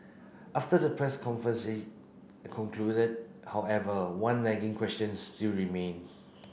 after the press concluded however one nagging questions still remain